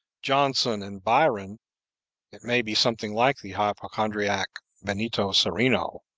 johnson and byron it may be, something like the hypochondriac benito cereno